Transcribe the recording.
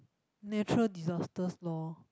natural disasters lor